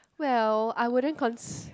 well I wouldn't cons~